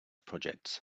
projects